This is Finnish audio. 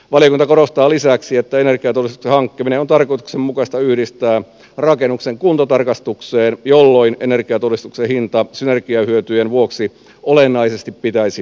valiokunta korostaa lisäksi että energiatodistuksen hankkiminen on tarkoituksenmukaista yhdistää rakennuksen kuntotarkastukseen jolloin energiatodistuksen hinnan pitäisi synergiahyötyjen vuoksi olennaisesti alentua